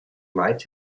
might